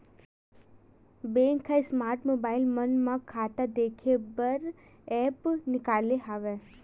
bank ह smart mobile मन म खाता देखे बर ऐप्स निकाले हवय